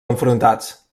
enfrontats